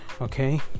okay